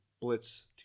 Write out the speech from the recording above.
Blitz